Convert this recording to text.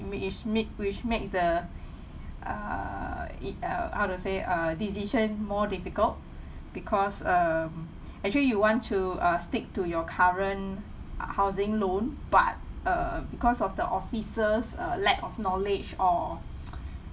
me each me which make the err it uh how to say uh decision more difficult because um actually you want to uh stick to your current uh housing loan but uh because of the officers uh lack of knowledge or